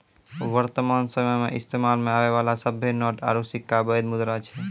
वर्तमान समयो मे इस्तेमालो मे आबै बाला सभ्भे नोट आरू सिक्का बैध मुद्रा छै